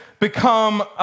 Become